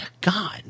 God